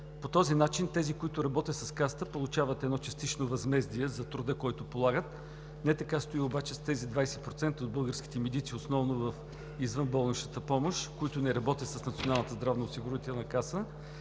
По този начин тези, които работят с Касата, получават едно частично възмездие за труда, който полагат. Не така стои обаче с тези 20% от българските медици основно в извънболничната помощ, които не работят с